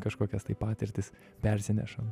kažkokias tai patirtis persinešam